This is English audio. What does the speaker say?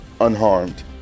unharmed